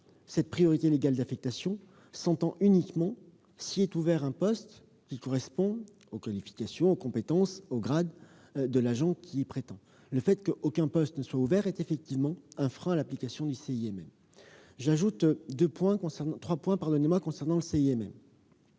cette priorité légale d'affectation s'entend uniquement s'il est ouvert un poste correspondant aux qualifications, aux compétences et au grade de l'agent qui y prétend. Qu'aucun poste ne soit ouvert est effectivement un frein à l'application du CIMM. La nomination d'un élève